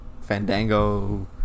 Fandango